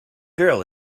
girl